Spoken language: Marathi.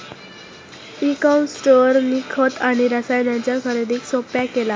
ई कॉम स्टोअरनी खत आणि रसायनांच्या खरेदीक सोप्पा केला